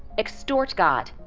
extort god,